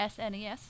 SNES